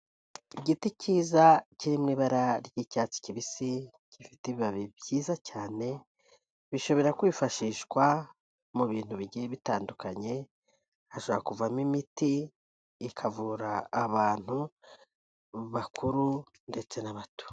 Igiti cyiza kiri mu ibara ry'icyatsi kibisi, gifite ibibabi byiza cyane, bishobora kwifashishwa mu bintu bigiye bitandukanye, hashobora kuvamo imiti ikavura abantu bakuru ndetse n'abato.